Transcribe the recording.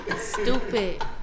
Stupid